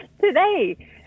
Today